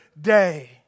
day